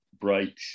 bright